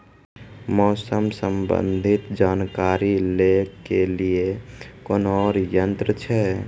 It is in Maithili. मौसम संबंधी जानकारी ले के लिए कोनोर यन्त्र छ?